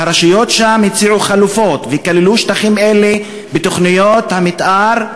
והרשויות שם הציעו חלופות וכללו שטחים אלה בתוכניות המתאר,